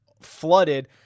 flooded